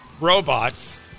robots